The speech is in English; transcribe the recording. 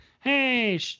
hey